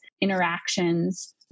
interactions